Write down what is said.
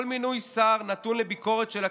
כל מינוי שר נתון לביקורת של הכנסת,